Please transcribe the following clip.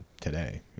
today